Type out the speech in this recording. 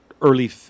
early